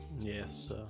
Yes